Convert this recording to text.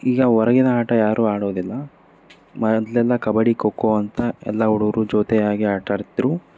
ಈಗ ಹೊರಗಿನ ಆಟ ಯಾರು ಆಡೋದಿಲ್ಲ ಮೊದ್ಲೆಲ್ಲಾ ಕಬಡ್ಡಿ ಖೋ ಖೋ ಅಂತ ಎಲ್ಲ ಹುಡುಗರು ಜೊತೆಯಾಗಿ ಆಟಾಡ್ತಿದ್ರು